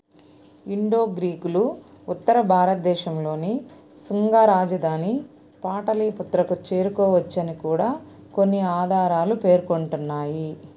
ఇండోగ్రీకులు ఉత్తర భారత్దేశంలోని సుంగా రాజధాని పాటలీపుత్రకు చేరుకోవచ్చని కూడా కొన్ని ఆధారాలు పేర్కొంటున్నాయి